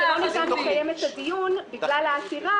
כאשר הם רוצים למנוע שבית משפט ייתן החלטה זמנית בקשר לעתירה,